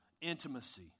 intimacy